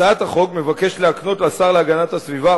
הצעת החוק מבקשת להקנות לשר להגנת הסביבה,